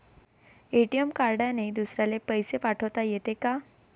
ATM कार्डने दुसऱ्याले पैसे पाठोता येते का?